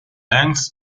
length